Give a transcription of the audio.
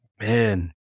Man